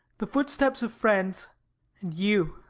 the footsteps of friends and you!